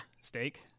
Steak